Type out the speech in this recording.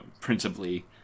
principally